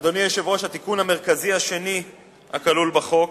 אדוני היושב-ראש, התיקון המרכזי השני הכלול בחוק